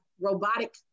robotic